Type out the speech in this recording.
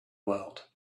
world